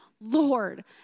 Lord